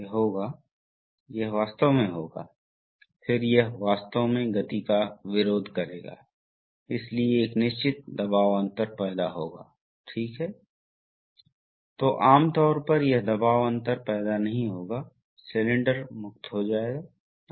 तो वर्तमान में यह सही स्थिति में है इसलिए यह पक्ष बंद है यह पक्ष बंद है इसका मतलब है कि राहत वाल्व पोर्ट प्लग किया गया है इसलिए पूर्ण दबाव वास्तव में लोड पर लागू होता है पायलट पोर्ट प्लग किया गया है और यह सिलेंडर है इस तरह से चलना सही है